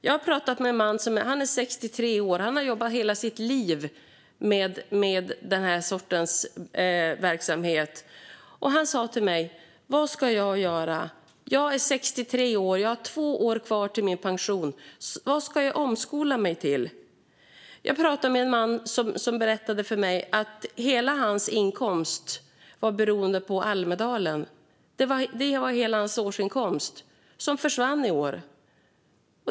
Jag pratade med en man som jobbat hela sitt liv med den här sortens verksamhet. Han sa till mig: Vad ska jag göra? Jag är 63 år och har två år kvar till min pension. Vad ska jag omskola mig till? Jag pratade med en man som berättade för mig att hela hans inkomst var beroende av Almedalen. Hela hans årsinkomst försvann i år.